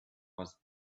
was